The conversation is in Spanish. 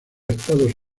estados